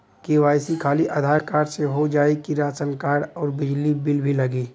KYC खाली Aadhaar card से हो जाए कि राशन कार्ड अउर बिजली बिल भी लगी?